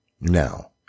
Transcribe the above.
Now